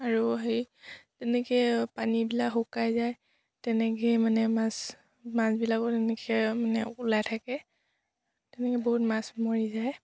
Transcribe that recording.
আৰু হেৰি তেনেকৈ পানীবিলাক শুকাই যায় তেনেকৈয়ে মানে মাছ মাছবিলাকো তেনেকৈ মানে ওলাই থাকে তেনেকৈ বহুত মাছ মৰি যায়